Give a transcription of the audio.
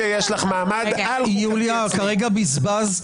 (הישיבה נפסקה בשעה 11:10 ונתחדשה בשעה 11:33.)